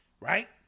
Right